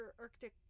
arctic